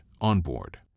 Onboard